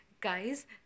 Guys